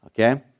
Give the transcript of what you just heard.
Okay